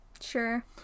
Sure